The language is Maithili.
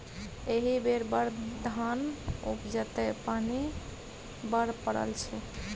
एहि बेर बड़ धान उपजतै पानि बड्ड पड़ल छै